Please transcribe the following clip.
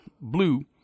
Blue